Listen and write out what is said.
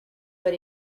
but